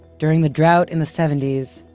during the drought in the seventy s,